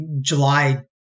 July